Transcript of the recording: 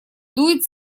дует